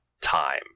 time